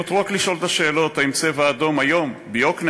ונותר רק לשאול: האם "צבע אדום" היום ביוקנעם,